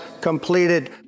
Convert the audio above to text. completed